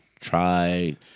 try